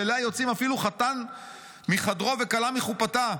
שאליה יוצאים אפילו חתן מחדרו וכלה מחופתה.